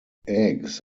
eggs